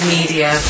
Media